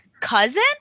cousin